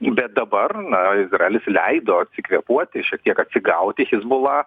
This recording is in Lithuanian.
bet dabar na izraelis leido kvėpuoti šiek tiek atsigauti hizbula